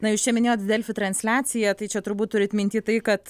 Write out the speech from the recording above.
na jūs čia minėjot delfi transliaciją tai čia turbūt turit minty tai kad